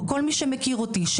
כל מי שמכיר אותי,